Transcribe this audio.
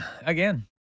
again